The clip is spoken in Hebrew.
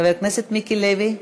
חבר הכנסת מיקי לוי.